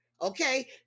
okay